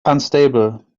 unstable